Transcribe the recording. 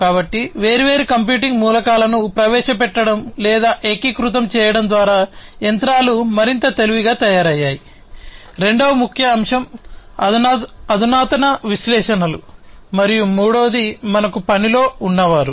కాబట్టి వేర్వేరు కంప్యూటింగ్ మూలకాలను మరియు మూడవది మనకు పనిలో ఉన్నవారు